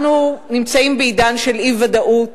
אנחנו נמצאים בעידן של אי-ודאות,